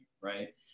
right